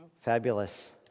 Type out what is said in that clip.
Fabulous